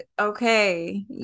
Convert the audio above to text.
okay